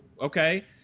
okay